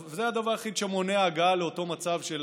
זה הדבר היחיד שמונע הגעה לאותו מצב של